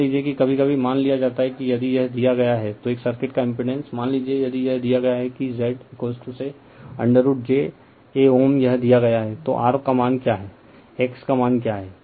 मान लीजिए कि कभी कभी मान लिया जाता है कि यदि यह दिया गया है तो एक सर्किट का इम्पिड़ेंस मान लीजिए यदि यह दिया गया है कि Z say √ j a Ω यह दिया गया है तो r का मान क्या है x का मान क्या है